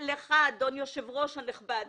ולך ליאור ורונה, אדון היושב-ראש הנכבד,